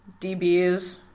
DBs